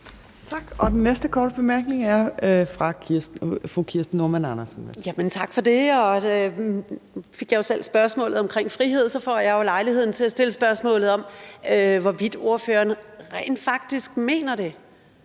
Normann Andersen. Værsgo. Kl. 15:57 Kirsten Normann Andersen (SF): Tak for det. Nu fik jeg jo selv spørgsmålet om frihed, og så får jeg så lejlighed til at stille spørgsmålet om, hvorvidt ordføreren rent faktisk mener det,